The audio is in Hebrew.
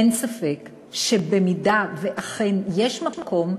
אין ספק שאם אכן יש מקום,